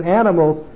animals